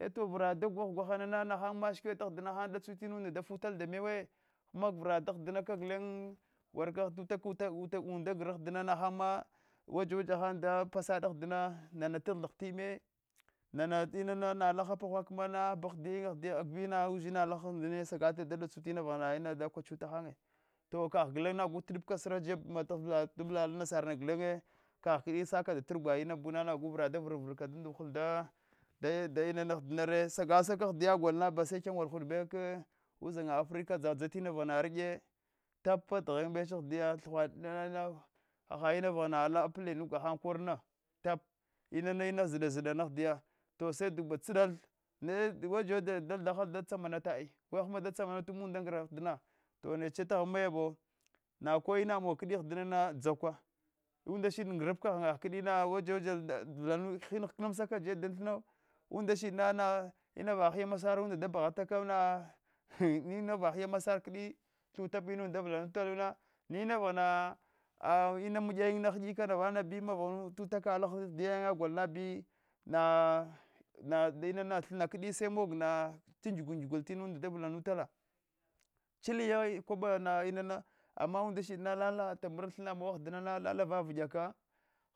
Eto vrada gweh gweh nana nahan ma shaksf dahdana han da dotsuf tinanda da futal da mewe hana avra dahdina gulen warka ta utaka utaka utaka unda ngra aahdima nahamma wasa wasa da pasade ahdina nana taghth tima nana tinana nalaha kaghala kawa bahdhiya ahdiya ahdiya va ushinna vaghana ina handa da kwa chutahannye to kagh gulenna guka tipot ta sira defmala davla alan nasar gulenye kagh kdi sagadat rugwa inabuna vra da vran vrabla dan ganduhul da da inana ahdiya nare gulenye sagasaka ahidiya agolna base kyanawole hude bewo uhzhannya africa dzadsr tina vaghana arya tap taghan meche ahdiya thughwede nana hahad ina yaghana ina planu gahamma korna tapa inana ina zida- zidana ahdiya sesadu tsabal na waja wajal da thahal da tsaman tad ar we hama da tsamanta munda ngra ahdina to neche taghan mayabo ko inanu kidi ahdiya dzawka unda shide na ngrafka ghan ghan kdi waja waja hin hklnansaka jebka dan thino unla shridna inava hiya masaranda da baghatakama hin inava hiya masare kdi thutabu inuvla da vlantakluna wa inava unanda ini yayin hudika vana a bi mavaghumu dat utaka laha ahdiya gulna bi na-na ndinana thina kdi semogna ta ngyugu ta bgyuguta tinanda daulemtana ahihya bakwabana inana ama unda shidna lala tambarafta thnna mog ahdina na lalaka vauiya